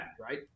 right